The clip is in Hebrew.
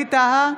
ווליד טאהא,